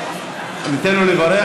ניתן לו לברך.